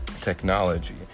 technology